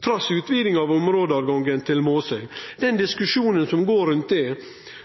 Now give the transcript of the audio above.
trass i utviding av områdetilgangen til Måsøy. Den diskusjonen som går rundt det,